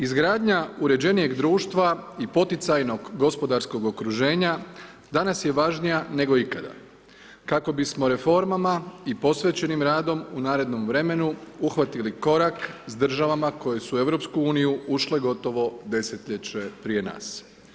Izgradnja uređenijeg društva i poticajnog gospodarskog okruženja danas je važnija nego ikada, kako bismo reformama i posvećenim radom u narednom vremenu uhvatili korak sa državama koje su u EU ušle gotovo desetljeće prije nas.